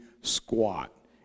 squat